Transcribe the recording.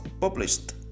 published